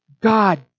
God